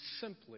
simply